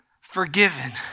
forgiven